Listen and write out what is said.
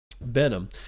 Benham